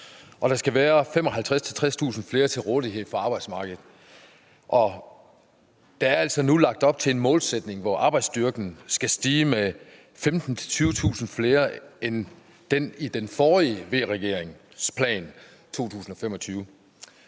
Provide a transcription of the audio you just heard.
der skal være 55.000-60.000 flere til rådighed for arbejdsmarkedet. Der er altså nu lagt op til en målsætning, som betyder, at arbejdsstyrken skal stige med 15.000-20.000 flere i forhold til den forrige regerings,